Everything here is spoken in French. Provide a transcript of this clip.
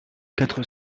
quatre